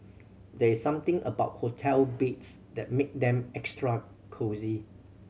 there's something about hotel beds that make them extra cosy